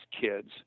kids